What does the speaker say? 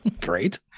Great